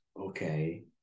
okay